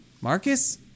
Marcus